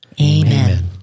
Amen